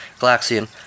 Galaxian